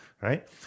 right